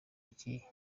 ikihe